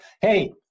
hey